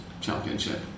championship